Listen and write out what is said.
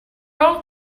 all